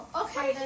okay